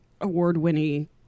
award-winning –